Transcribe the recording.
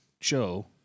show